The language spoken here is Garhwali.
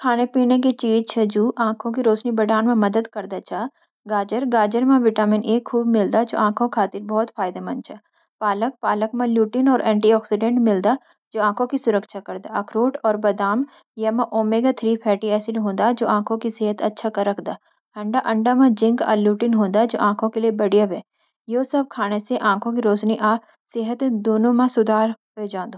कुछ खाने-पीने की चीज़ छ जु आँखों की रोशनी बढ़ान म मदद करदा छ। गाजर: गाजर म विटामिन ए खूब मिलदा। यो आँखों खातिर बोध फयदेमंद छ। पालक: पालक मँ ल्यूटिन और एंटीऑक्सीडेंट मिलदा, जो आँखों की सुरक्षा करदा। अखरोटऔर बादाम: याँ मँ ओमेगा-थ्री फैटी एसिड होंदा जो आँखों की सेहत अच्छा राखदा। अंडा: अंडा मँ जिंक आ ल्यूटिन होंदा, जो आँखों के लिए बढ़िया ह्वे। यो सब खाने से आँखों की रोशनी आ सेहत दूनू मँ सुधार वे जान्द।